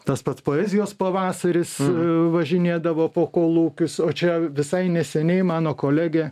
tas pats poezijos pavasaris važinėdavo po kolūkius o čia visai neseniai mano kolegė